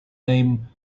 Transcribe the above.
name